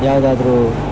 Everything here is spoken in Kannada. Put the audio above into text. ಯಾವ್ದಾದರೂ